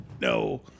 No